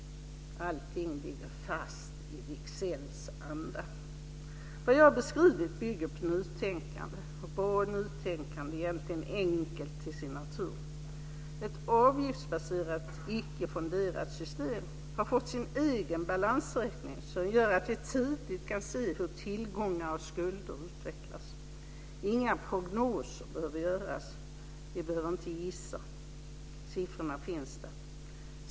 Allting ligger fast i Wicksells anda. Det jag har beskrivit bygger på nytänkande, och bra nytänkande är egentligen enkelt till sin natur. Ett avgiftsbaserat icke fonderat system har fått sin egen balansräkning som gör att vi tidigt kan se hur tillgångar och skulder utvecklas. Inga prognoser behöver göras. Vi behöver inte gissa. Siffrorna finns där.